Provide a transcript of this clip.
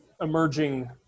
emerging